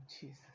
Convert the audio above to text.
Jesus